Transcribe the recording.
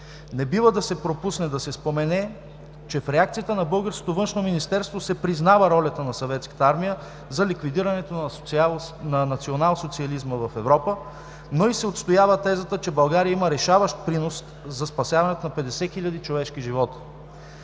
Не бива да се пропусне да се спомене, че в реакцията на българското Външно министерство се признава ролята на Съветската армия за ликвидирането на национал-социализма в Европа, но се отстоява и тезата, че България има решаващ принос за спасяването на 50 хиляди човешки живота.